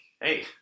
hey